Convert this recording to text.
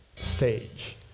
stage